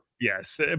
Yes